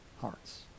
hearts